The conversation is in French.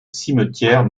cimetière